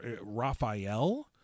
Raphael